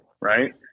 right